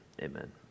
amen